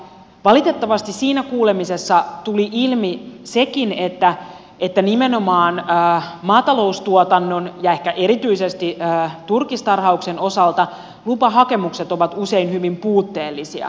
valitettavasti siinä kuulemisessa tuli ilmi sekin että nimenomaan maataloustuotannon ja ehkä erityisesti turkistarhauksen osalta lupahakemukset ovat usein hyvin puutteellisia